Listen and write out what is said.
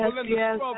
Yes